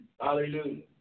Hallelujah